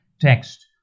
text